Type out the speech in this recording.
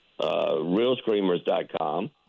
realscreamers.com